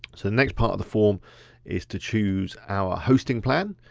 so the next part of the form is to choose our hosting plan.